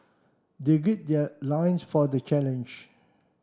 they gird their lions for the challenge